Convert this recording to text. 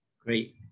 Great